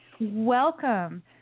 Welcome